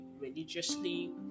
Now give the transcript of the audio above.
religiously